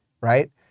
right